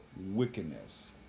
wickedness